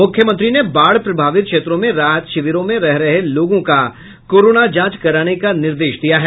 मुख्यमंत्री ने बाढ़ प्रभावित क्षेत्रों में राहत शिविरों में रह रहे लोगों का कोरोना जांच कराने का निर्देश दिया है